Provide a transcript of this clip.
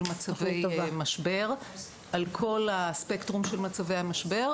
מצבי משבר על כל הספקטרום של מצבי המשבר,